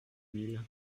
mille